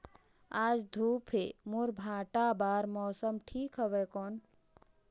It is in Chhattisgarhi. आज धूप हे मोर भांटा बार मौसम ठीक हवय कौन?